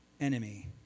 enemy